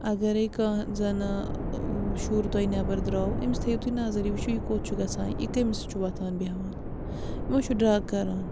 اَگرٔے کانٛہہ زَنان ٲں شُر تۄہہِ نیٚبَر درٛاوٕ أمِس تھٲیِو تُہۍ نظر یہِ وُچھُو یہِ کوٚت چھُ گژھان یہِ کٔمِس سۭتۍ چھُ وۄتھان بیٚہوان یہِ ما چھُ ڈرٛگ کَران